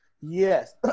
Yes